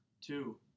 Two